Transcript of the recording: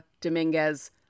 Dominguez